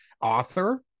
author